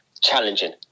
challenging